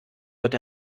wird